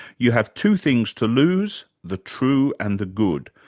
you have two things to lose, the true and the good.